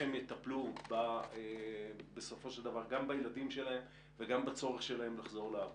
הם יטפלו בסופו של דבר בילדים שלהם ובצורך שלהם לחזור לעבוד.